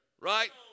Right